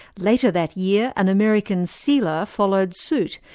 later that year, an american sealer followed suit,